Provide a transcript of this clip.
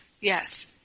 yes